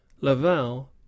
laval